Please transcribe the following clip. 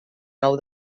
nou